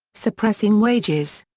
suppressing wages.